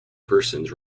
persons